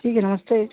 ठीक है नमस्ते